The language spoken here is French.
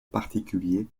particuliers